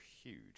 huge